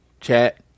chat